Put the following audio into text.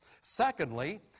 Secondly